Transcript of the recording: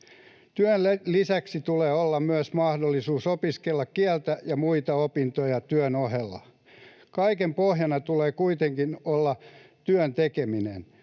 Työn lisäksi tulee olla myös mahdollisuus opiskella kieltä ja muita opintoja työn ohella. Kaiken pohjana tulee kuitenkin olla työn tekeminen.